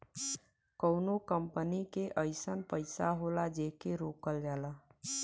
कउनो कंपनी के अइसन पइसा होला जेके रोकल जाला